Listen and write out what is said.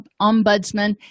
ombudsman